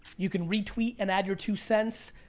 you can retweet and add your two cents.